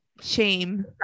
Shame